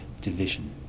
division